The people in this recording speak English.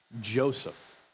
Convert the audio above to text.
Joseph